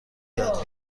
یاد